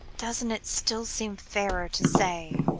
doesn't it still seem fairer to say